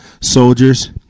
soldiers